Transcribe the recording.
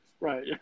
Right